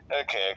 Okay